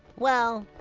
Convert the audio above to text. well.